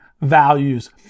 values